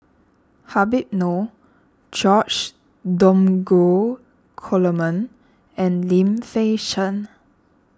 Habib Noh George Dromgold Coleman and Lim Fei Shen